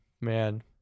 man